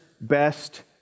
best